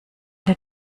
der